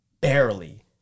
barely